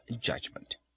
judgment